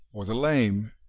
or the lame,